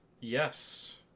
Yes